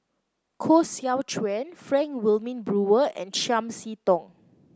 Koh Seow Chuan Frank Wilmin Brewer and Chiam See Tong